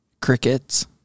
crickets